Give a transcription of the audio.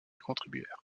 contribuèrent